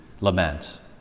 lament